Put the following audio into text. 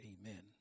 amen